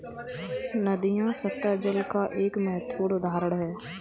नदियां सत्तह जल का एक महत्वपूर्ण उदाहरण है